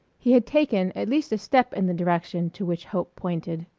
he had taken at least a step in the direction to which hope pointed,